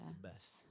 best